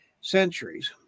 centuries